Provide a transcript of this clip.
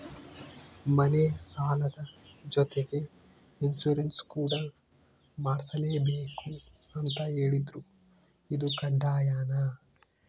ಮನೆ ಸಾಲದ ಜೊತೆಗೆ ಇನ್ಸುರೆನ್ಸ್ ಕೂಡ ಮಾಡ್ಸಲೇಬೇಕು ಅಂತ ಹೇಳಿದ್ರು ಇದು ಕಡ್ಡಾಯನಾ?